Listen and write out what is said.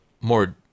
more